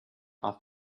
off